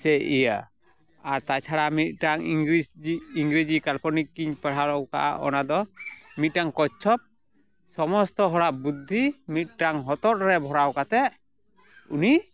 ᱥᱮ ᱤᱭᱟᱹ ᱛᱟᱪᱷᱟᱲᱟ ᱢᱤᱫᱴᱟᱝ ᱤᱝᱨᱮᱡᱤ ᱤᱝᱨᱮᱡᱤ ᱠᱟᱞᱯᱚᱱᱤᱠ ᱤᱧ ᱯᱟᱲᱦᱟᱣ ᱟᱠᱟᱜᱼᱟ ᱚᱱᱟ ᱫᱚ ᱢᱤᱫᱴᱟᱝ ᱠᱚᱪᱷᱚᱯ ᱥᱚᱢᱚᱥᱛᱚ ᱦᱚᱲᱟᱜ ᱵᱩᱫᱽᱫᱷᱤ ᱢᱤᱫᱴᱟᱝ ᱦᱚᱛᱚᱫ ᱨᱮ ᱵᱷᱚᱨᱟᱣ ᱠᱟᱛᱮ ᱩᱱᱤ